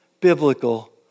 biblical